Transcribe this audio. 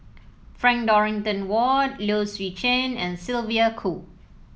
Frank Dorrington Ward Low Swee Chen and Sylvia Kho